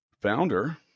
founder